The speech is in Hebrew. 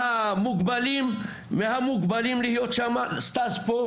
ליבכם, אנחנו נשמח שתבדקו את הנושא.